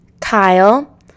Kyle